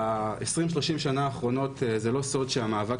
ב-30-20 שנה האחרונות זה לא סוד שהמאבק